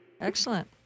Excellent